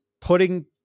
putting